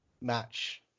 match